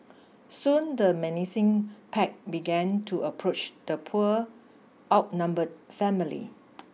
soon the menacing pack began to approach the poor outnumbered family